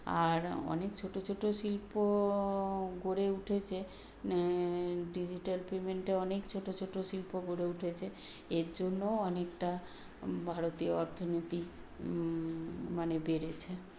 আর অনেক ছোটো ছোটো শিল্পওও গড়ে উঠেছে না ডিজিটাল পেমেন্টে অনেক ছোটো ছোটো শিল্প গড়ে উঠেছে এর জন্যও অনেকটা ভারতীয় অর্থনীতি মানে বেড়েছে